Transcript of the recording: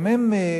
גם הם.